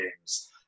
games